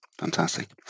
Fantastic